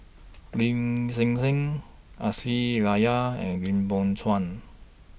Lin Hsin Hsin Aisyah Lyana and Lim Biow Chuan